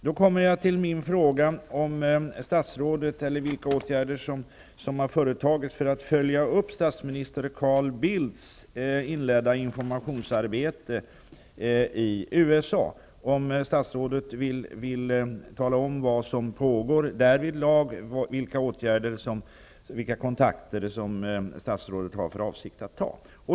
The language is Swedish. Därmed kommer jag till min fråga, vilka åtgärder som har vidtagits för att följa upp statsminister Carl Bildts inledda informationsarbete i USA. Vill statsrådet tala om vad som pågår därvidlag och vilka kontakter statsrådet har för avsikt att ta?